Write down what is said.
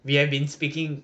we have been speaking